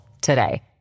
today